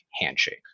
handshake